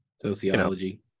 sociology